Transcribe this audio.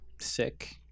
sick